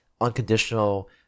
unconditional –